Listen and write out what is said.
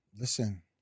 listen